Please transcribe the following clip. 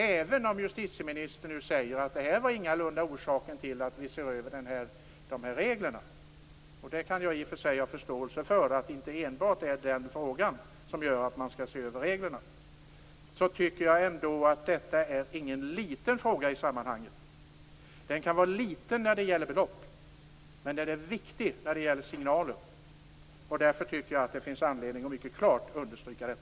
Även om justitieministern nu säger att det här ingalunda var orsaken till att man ser över de här reglerna - och det kan jag i och för sig ha förståelse för, att det inte enbart är den frågan som gör att man skall se över reglerna - så tycker jag ändå att detta inte är någon liten fråga i sammanhanget. Den kan vara liten när det gäller belopp, men den är viktig när det gäller signaler. Därför tycker jag att det finns anledning att mycket klart understryka detta.